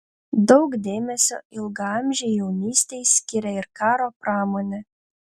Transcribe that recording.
daug dėmesio ilgaamžei jaunystei skiria ir karo pramonė